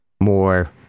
more